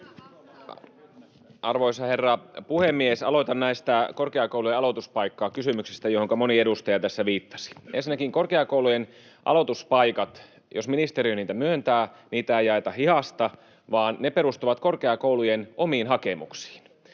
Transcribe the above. Arvoisa herra puhemies! Aloitan korkeakoulujen aloituspaikkakysymyksistä, joihinka moni edustaja tässä viittasi: Ensinnäkin jos ministeriö korkeakoulujen aloituspaikkoja myöntää, niitä ei jaeta hihasta vaan ne perustuvat korkeakoulujen omiin hakemuksiin.